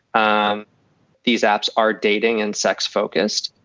um these apps are dating and sex focused.